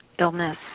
illness